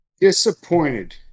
Disappointed